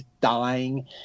dying